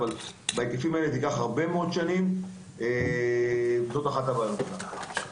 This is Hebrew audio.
אבל בהיקפים האלה זה ייקח הרבה מאוד שנים וזו אחת הבעיות שלנו.